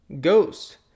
Ghost